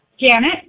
Janet